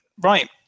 Right